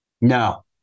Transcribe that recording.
No